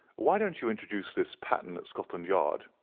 why don't you introduce this pattern at scotland yard?